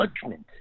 judgment